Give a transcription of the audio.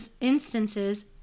instances